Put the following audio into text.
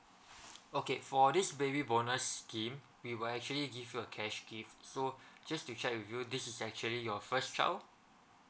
okay for this baby bonus scheme we will actually give you a cash gift so just to check with you this is actually your first child